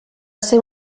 ser